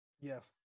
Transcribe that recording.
yes